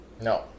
No